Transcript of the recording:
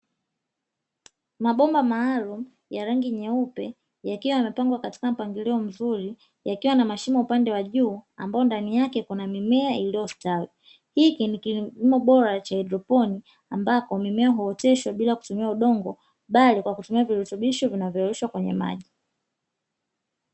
Mabomba maalumu ya rangi nyeupe, yakiwa yamepangwa katika mpangilio mzuri, yakiwa na mashimo upande wa juu, ambayo ndani yake kuna mimea iliyostawi. Hiki ni kilimo bora cha haidroponi, ambapo mimea huoteshwa bila kutumia udongo bali kwa kutumia virutubisho vinavyoyeyushwa kwenye maji.